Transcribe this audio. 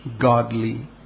godly